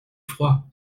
froid